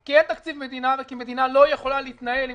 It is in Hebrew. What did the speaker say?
כי אין תקציב מדינה וכי המדינה לא יכולה להתנהל עם